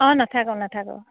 অঁ নাথাকোঁ নাথাকোঁ